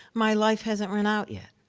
my life hasn't run out yet.